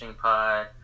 Pod